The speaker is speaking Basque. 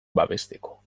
babesteko